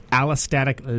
allostatic